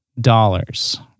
dollars